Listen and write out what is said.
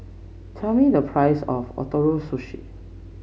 tell me the price of Ootoro Sushi